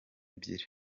ebyiri